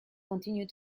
continue